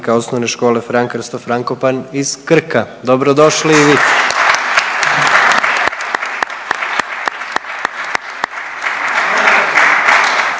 nastavnika OŠ Fran Krsto Frankopan iz Krka. Dobrodošli i vi